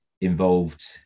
involved